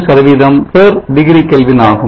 47 degree Kelvin ஆகும்